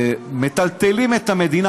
מטלטלים את המדינה,